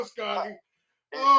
Scotty